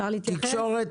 משרד התקשורת,